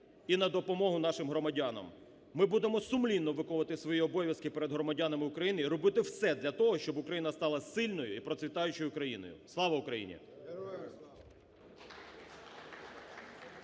І на допомогу нашим громадянам ми будемо сумлінно виконувати свої обов’язки перед громадянами України і робити все для того, щоб Україна стала сильною і процвітаючою країною. Слава Україні!